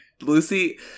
Lucy